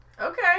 Okay